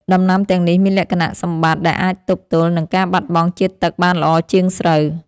ដំណាំទាំងនេះមានលក្ខណៈសម្បត្តិដែលអាចទប់ទល់នឹងការបាត់បង់ជាតិទឹកបានល្អជាងស្រូវ។